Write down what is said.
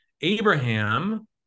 Abraham